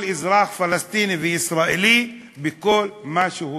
אזרח פלסטיני וישראלי בכל מה שהוא יכול,